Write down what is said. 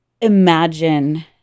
imagine